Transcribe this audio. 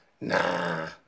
Nah